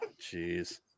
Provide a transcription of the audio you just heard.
Jeez